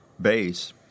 base